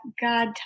God